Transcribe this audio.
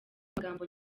amagambo